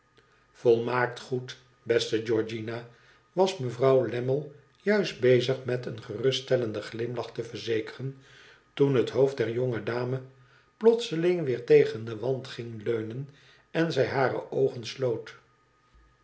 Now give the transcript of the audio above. volmaakt goed beste georgiana i was mevrouw lammie juist bezig met een geruststellenden glimlach te verzekeren toen het hoofd der jodge dame plotseling weer tegen den wand ging leunen en zij hare oogen sloot